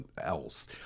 else